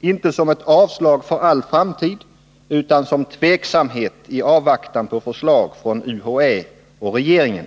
inte som ett avslag för all framtid utan som tveksamhet i avvaktan på förslag från UHÄ och regeringen.